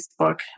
Facebook